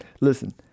listen